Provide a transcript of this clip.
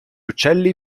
uccelli